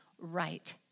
right